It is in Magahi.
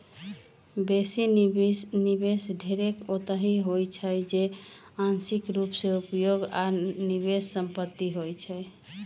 बेशी निवेश ढेरेक ओतहि होइ छइ जे आंशिक रूप से उपभोग आऽ निवेश संपत्ति होइ छइ